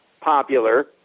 popular